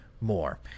more